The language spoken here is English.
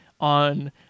on